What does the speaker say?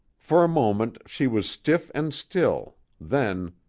for a moment she was stiff and still, then,